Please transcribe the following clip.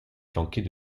flanquée